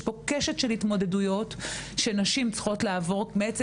יש קשת של התמודדויות שנשים צריכות לעבוד מעצם